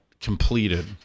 completed